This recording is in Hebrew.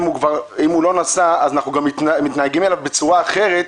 אם הוא לא נשא אז אנחנו מתנהגים אליו בצורה אחרת,